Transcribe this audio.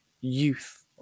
youth